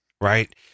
right